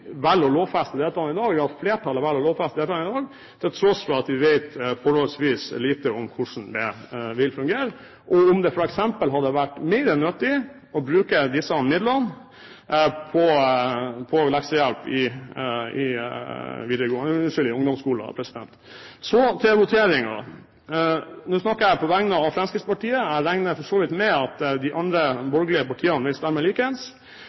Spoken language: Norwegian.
forholdsvis lite om hvordan det vil fungere, om det f.eks. hadde vært mer nyttig å bruke disse midlene på leksehjelp i ungdomsskolen. Så til voteringen. Nå snakker jeg på vegne av Fremskrittspartiet. Jeg regner for så vidt med at de andre borgerlige partiene vil stemme